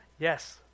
Yes